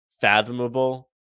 fathomable